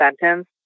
sentence